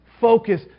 focus